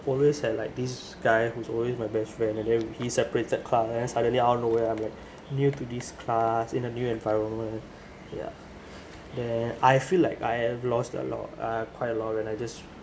always had like this guy who's always my best friend and then he separated class and then suddenly out of nowhere I'm new to this class in a new environment yeah then I feel like I have lost a lot of uh quite a lot and I just